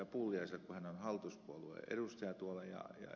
pulliaiselle kun hän on hallituspuolueen edustaja ja ed